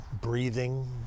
breathing